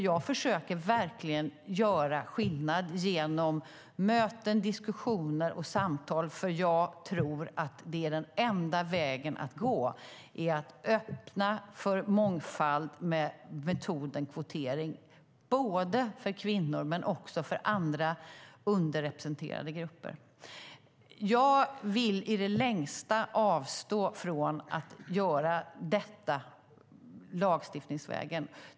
Jag försöker verkligen göra skillnad genom möten, diskussioner och samtal, för jag tror att den enda vägen att gå är att öppna för mångfald med metoden kvotering både för kvinnor och för andra underrepresenterade grupper. Jag vill i det längsta avstå från att göra detta lagstiftningsvägen.